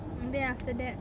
mm then after that